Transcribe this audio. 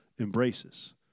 embraces